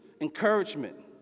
Encouragement